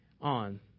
on